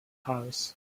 house